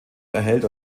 erhält